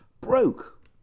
broke